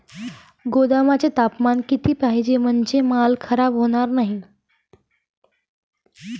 गोदामाचे तापमान किती पाहिजे? म्हणजे माल खराब होणार नाही?